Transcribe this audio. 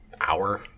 hour